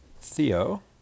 Theo